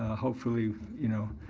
ah hopefully, you know,